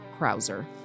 Krauser